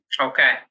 Okay